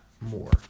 more